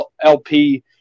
LP